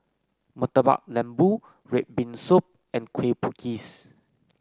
Murtabak Lembu red bean soup and Kueh Bugis